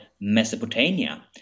Mesopotamia